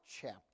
chapter